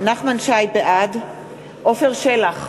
בעד עפר שלח,